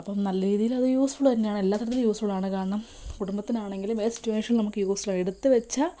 അപ്പം നല്ല രീതിയില് അത് യൂസ്ഫുൾ തന്നെയാണ് എല്ലാത്തിനും യൂസ്ഫുള്ളാണ് കാരണം കുടുംബത്തിനാണെങ്കിലും ഏത് സിറ്റുവേഷനിൽ നമുക്ക് യൂസാണ് എടുത്തു വെച്ചാൽ